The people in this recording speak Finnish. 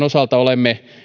osalta olemme luoneet